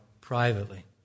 privately